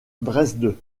dresde